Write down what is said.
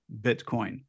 Bitcoin